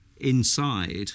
inside